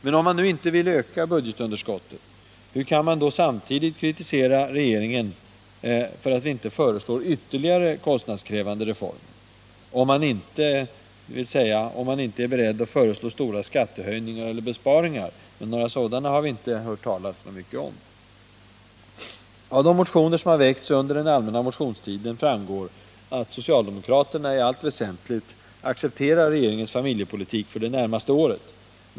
Men om man nu inte vill öka budgetunderskottet — hur kan man då kritisera regeringen för att vi inte föreslår ytterligare kostnadskrävande reformer? Det går inte ihop, om man inte samtidigt är beredd att föreslå stora skattehöjningar eller besparingar — men några sådana har vi inte hört så mycket talas om. Av de motioner som har väckts under den allmänna motionstiden framgår att socialdemokraterna i allt väsentligt accepterar regeringens familjepolitik för det närmaste året.